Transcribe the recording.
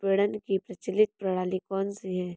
विपणन की प्रचलित प्रणाली कौनसी है?